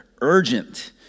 urgent